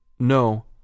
No